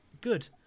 good